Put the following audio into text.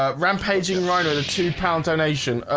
ah rampaging rhino the two-pound donation.